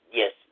yes